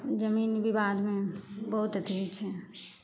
जमीन बिबादमे बहुत अथी होइ छै